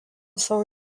savo